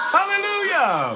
Hallelujah